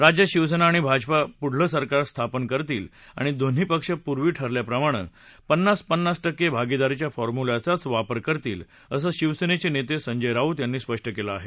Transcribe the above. राज्यात शिवसेना आणि भाजपा पुढलं सरकार स्थापन करतील आणि दोन्ही पक्ष पूर्वी ठरल्याप्रमाणे पन्नास पन्नास टक्के भागीदारीच्या फॉर्म्युल्याचाच वापर करतील असं शिवसेनेचे नेते संजय राऊत यांनी स्पष्ट केलं आहे